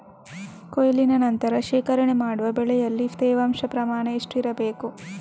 ಕೊಯ್ಲಿನ ನಂತರ ಶೇಖರಣೆ ಮಾಡುವಾಗ ಬೆಳೆಯಲ್ಲಿ ತೇವಾಂಶದ ಪ್ರಮಾಣ ಎಷ್ಟು ಇರಬೇಕು?